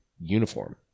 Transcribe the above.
uniform